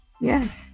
Yes